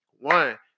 one